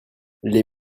les